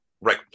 right